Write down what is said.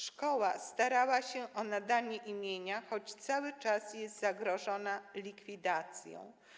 Szkoła starała się o nadanie imienia, choć cały czas jest zagrożona likwidacją.